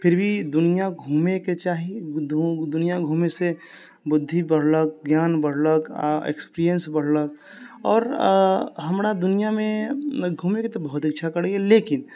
फिर भी दुनिया घुमे के चाही दुनिया घुमे से बुद्धि बढलक ज्ञान बढलक आ एक्सपीरियंस बढलक आओर हमरा दुनिया मे घुमे के तऽ बहुत इच्छा करै यऽ लेकिन